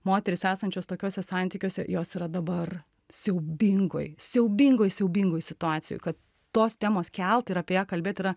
moterys esančios tokiuose santykiuose jos yra dabar siaubingoj siaubingoj siaubingoj situacijoj kad tos temos kelt ir apie ją kalbėt yra